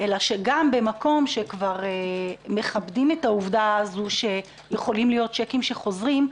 אלא שגם במקום שכבר מכבדים את העובדה שיכולים להיות צ'קים שחוזרים,